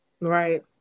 Right